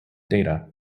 data